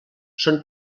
són